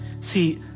See